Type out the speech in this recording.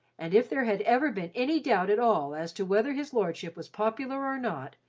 and if there had ever been any doubt at all as to whether his lordship was popular or not,